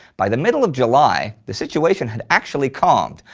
by the middle of july the situation had actually calmed.